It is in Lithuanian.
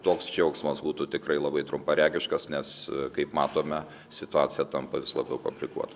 toks džiaugsmas būtų tikrai labai trumparegiškas nes kaip matome situacija tampa vis labiau komplikuota